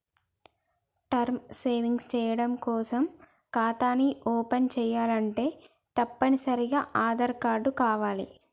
term savings చెయ్యడం కోసం ఖాతాని ఓపెన్ చేయాలంటే తప్పనిసరిగా ఆదార్ కార్డు కావాలే